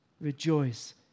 rejoice